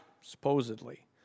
supposedly